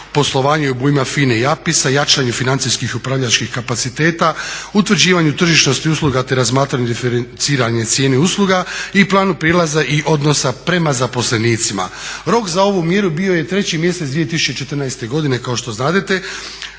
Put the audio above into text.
poslovanje i obujam FINA-e i APIS-a, jačanje financijskih i upravljačkih kapaciteta, utvrđivanje tržišnosti usluga te razmatranje i referenciranje cijene usluga i pravnog prijelaza i odnosa prema zaposlenicima. Rok za ovu mjeru bio je 3 mjesec 2014.godine kao što znadete